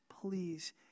please